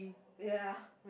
ya